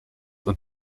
und